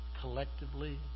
collectively